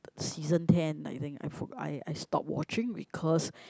season ten I think I forgo~ I I stopped watching because